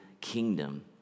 kingdom